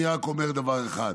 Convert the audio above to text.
אני רק אומר דבר אחד.